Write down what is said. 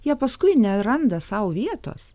jie paskui neranda sau vietos